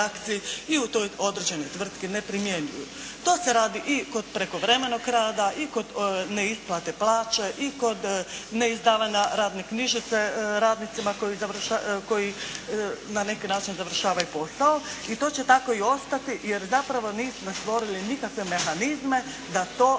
i u toj određenoj tvrtki ne primjenjuju. To se radi i kod prekovremenog rada i kod neisplate plaće i kod neizdavanja radne knjižice radnicima koji na neki način završavaju posao i to će tako i ostati jer zapravo nismo stvorili nikakve mehanizme da to rješavamo